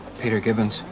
peter gibbons.